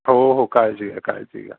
हो हो काळजी घ्या काळजी घ्या